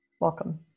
Welcome